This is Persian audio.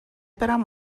برم